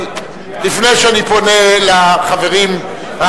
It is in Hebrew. לפני שאני פונה לחברים,